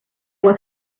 what